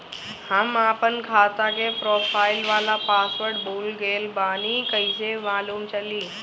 हम आपन खाता के प्रोफाइल वाला पासवर्ड भुला गेल बानी कइसे मालूम चली?